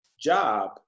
job